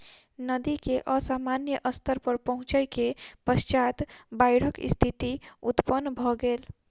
नदी के असामान्य स्तर पर पहुँचै के पश्चात बाइढ़क स्थिति उत्पन्न भ गेल